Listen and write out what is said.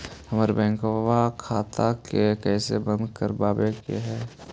हमर बैंक खाता के कैसे बंद करबाबे के है?